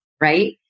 right